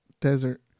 Desert